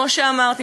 כמו שאמרתי,